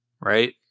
right